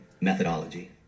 methodology